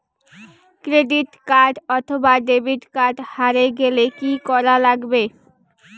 Credit card অথবা debit card হারে গেলে কি করা লাগবে?